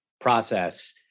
process